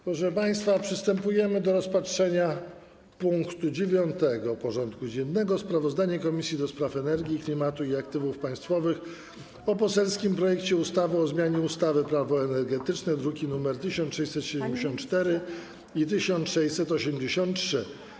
Przystępujemy do rozpatrzenia punktu 9. porządku dziennego: Sprawozdanie Komisji do Spraw Energii, Klimatu i Aktywów Państwowych o poselskim projekcie ustawy o zmianie ustawy - Prawo energetyczne (druki nr 1674 i 1683)